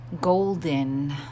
golden